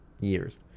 years